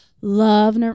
love